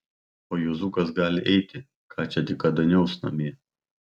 o juozukas gal eiti ką čia dykaduoniaus namie